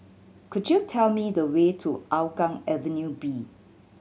could you tell me the way to Hougang Avenue B